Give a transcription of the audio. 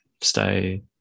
stay